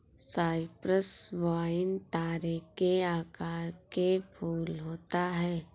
Cyprus vine तारे के आकार के फूल होता है